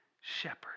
shepherd